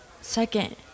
Second